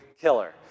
killer